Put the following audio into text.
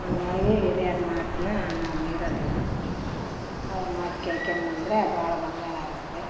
ಹಂಗಾಗಿ ಹಿರಿಯರ್ ಮಾತ್ನ ನಾವು ಮಿರೋದಿಲ್ಲ ಅವ್ರ ಮಾತು ಕೇಳ್ಕೋಬಂದ್ರೆ ಬಾಳು ಬಂಗಾರಾಗುತ್ತೆ